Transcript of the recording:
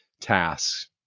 tasks